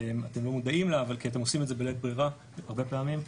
אתם לא מודעים לה כי אתם עושים את זה בלית ברירה הרבה פעמים,